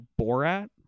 Borat